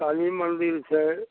काली मंदिर छै